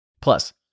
Plus